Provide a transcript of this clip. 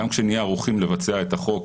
גם כשנהיה ערוכים לבצע את החוק